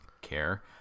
care